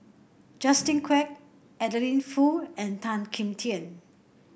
Justin Quek Adeline Foo and Tan Kim Tian